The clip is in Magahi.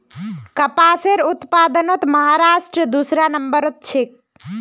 कपासेर उत्पादनत महाराष्ट्र दूसरा नंबरत छेक